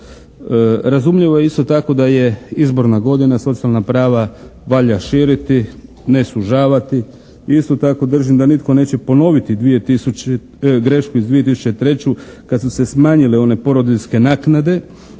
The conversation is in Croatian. Razumljivo je isto tako da je izborna godina. Socijalna prava valja širiti, ne sužavati i isto tako držim da nitko neće ponoviti grešku iz 2003. kad su se smanjile one porodiljske naknade